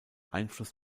einfluss